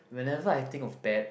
whenever I think of bad